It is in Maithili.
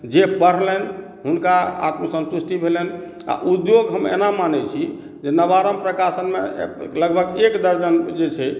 जे पढ़लनि हुनका आत्मसंतुष्टि भेलनि आ उद्योग हम एना मानै छी जे नवारम्भ प्रकाशनमे लगभग एक दर्जन जे चाही